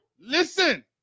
Listen